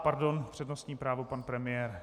Pardon, přednostní právo pan premiér.